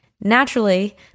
Naturally